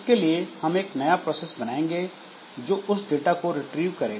उसके लिए हम एक नया प्रोसेस बनाएंगे जो उस डाटा को रिट्रीव करेगा